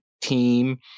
team